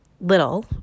little